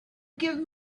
give